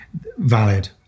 Valid